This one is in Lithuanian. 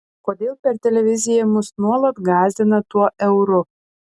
kodėl per televiziją mus nuolat gąsdina tuo euru